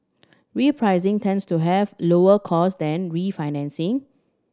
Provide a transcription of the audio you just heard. repricing tends to have lower cost than refinancing